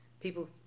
people